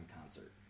concert